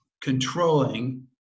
controlling